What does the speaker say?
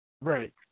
Right